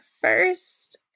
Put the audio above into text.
first